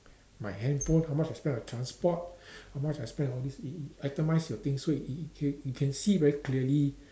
my handphone how much I spend on transport how much I spend on all these it it itemise your things so it it you can see very clearly